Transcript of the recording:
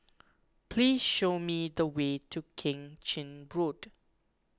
please show me the way to Keng Chin Road